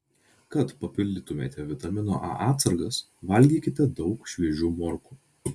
kad papildytumėte vitamino a atsargas valgykite daug šviežių morkų